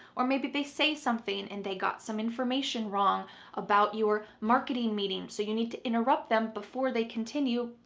or maybe they say something and they got some information wrong about your marketing marketing meeting. so you need to interrupt them before they continue.